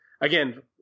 Again